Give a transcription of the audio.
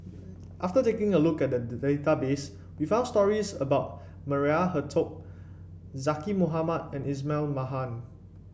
after taking a look at the database we found stories about Maria Hertogh Zaqy Mohamad and Ismail Marjan